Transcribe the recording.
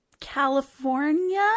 California